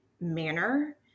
manner